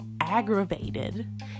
aggravated